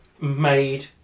made